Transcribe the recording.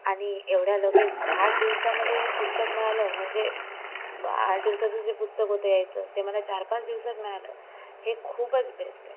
आणि एवढ्या लगेच आठ दिवसामध्ये हे पुस्तक मिळालं म्हणजे आठ दिवसाचं जे पुस्तक होतं यायचं ते मला चारपाच दिवसात मिळालं हे खूपच बेस्ट आहे